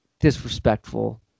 disrespectful